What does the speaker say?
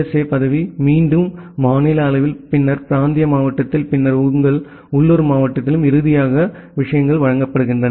USA பதவி மீண்டும் மாநில அளவில் பின்னர் பிராந்திய மட்டத்தில் பின்னர் உங்கள் உள்ளூர் மட்டத்திலும் இறுதியாக விஷயங்கள் வழங்கப்படுகின்றன